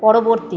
পরবর্তী